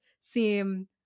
seem